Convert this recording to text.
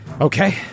Okay